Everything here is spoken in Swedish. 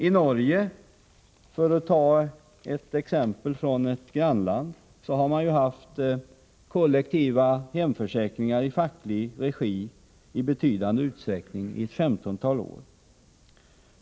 I Norge, för att ta ett exempel från ett grannland, har man haft kooperativa hemförsäkringar i facklig regi i betydande utsträckning i omkring 15 år.